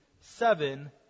seven